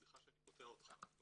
סליחה שאני קוטע אותך.